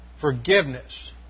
forgiveness